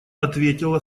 ответила